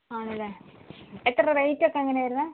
ആണ് അല്ലേ എത്ര റേറ്റ് ഒക്കെ എങ്ങനെയാണ് വരുന്നത്